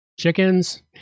Chickens